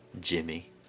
jimmy